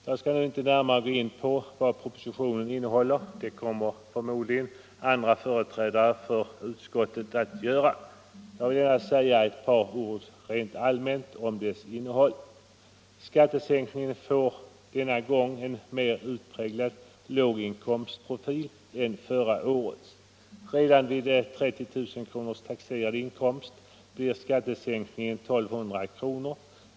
Jag skall nu inte gå närmare in på vad propositionen innehåller — det kommer förmodligen andra företrädare för utskottet att göra. Jag vill endast säga några ord rent allmänt om dess innehåll. Skattesänkningen får en mer utpräglad låginkomstprofil än förra årets. Redan vid 30 000 kr. taxerad inkomst blir skattesänkningen 1 200 kr.